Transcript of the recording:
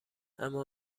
اما